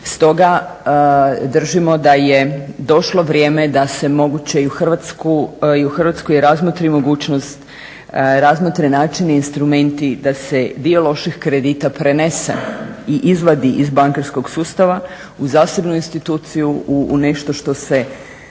Stoga držimo da je došlo vrijeme da se moguće i u Hrvatskoj razmotri mogućnost, razmotre načini, instrumenti da se dio loših kredita prenese i izvadi iz bankarskog sustava u zasebnu instituciju, u nešto što se